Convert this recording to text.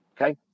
okay